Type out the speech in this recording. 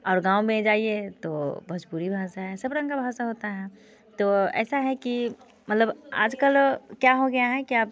और गाँव में जाइए तो भोजपुरी भाषा है सब रंग का भाषा होता है तो ऐसा है कि मतलब आजकल क्या हो गया है कि अब